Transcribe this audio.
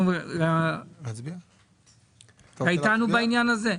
אתה איתנו בעניין הזה?